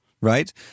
right